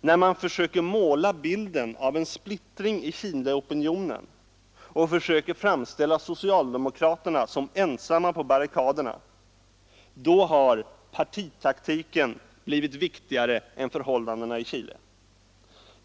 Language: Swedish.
när man försöker måla upp bilden av en splittring i Chileopinionen och framställa socialdemokraterna som ensamma på barrikaderna, då har partitaktiken blivit viktigare än förhållandena i Chile.